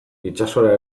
itsasora